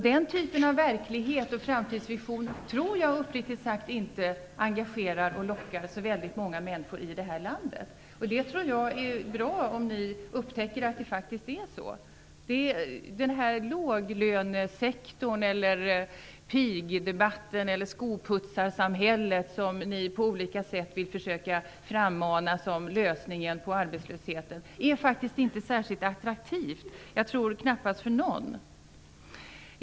Den typen av verklighet och framtidsvision tror jag uppriktigt sagt inte engagerar och lockar särskilt många människor i det här landet. Jag tror att det är bra om ni upptäcker att det faktiskt är på det sättet. Den låglönesektor eller det skoputsarsamhälle som ni genom pigdebatten och på olika sätt vill försöka frammana som lösningen på arbetslösheten är faktiskt inte särskilt attraktiv, knappast för någon.